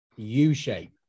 u-shape